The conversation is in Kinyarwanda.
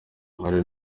hari